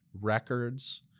records